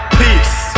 peace